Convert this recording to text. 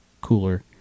cooler